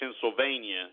Pennsylvania